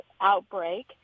outbreak